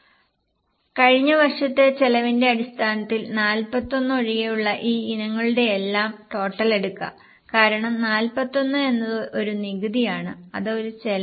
അതിനാൽ കഴിഞ്ഞ വർഷത്തെ ചെലവിന്റെ അടിസ്ഥാനത്തിൽ 41 ഒഴികെയുള്ള ഈ ഇനങ്ങളുടെയെല്ലാം ടോട്ടൽ എടുക്കുക കാരണം 41 എന്നത് ഒരു നികുതിയാണ് അത് ഒരു ചെലവല്ല